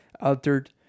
altered